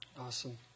awesome